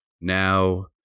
now